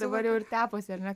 dabar jau ir tepasi ar ne